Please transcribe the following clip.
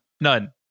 none